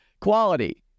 quality